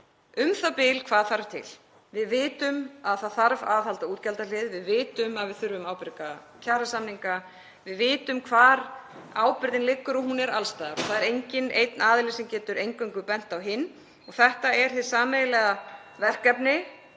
u.þ.b. hvað þarf til. Við vitum að það þarf aðhald á útgjaldahlið, við vitum að við þurfum ábyrga kjarasamninga, við vitum hvar ábyrgðin liggur og hún er alls staðar. Það er enginn einn aðili sem getur eingöngu bent á hinn. Þetta er hið sameiginlega verkefni